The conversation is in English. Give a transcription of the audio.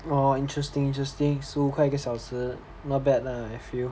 orh interesting interesting 十五块一个小时 not bad lah I feel